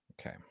okay